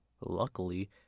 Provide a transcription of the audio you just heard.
Luckily